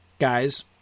guys